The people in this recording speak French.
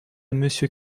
monsieur